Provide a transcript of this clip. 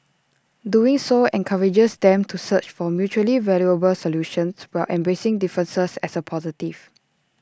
doing so encourages them to search for mutually valuable solutions while embracing differences as A positive